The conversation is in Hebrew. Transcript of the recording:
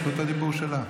זכות הדיבור שלה.